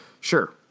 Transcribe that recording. Sure